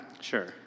Sure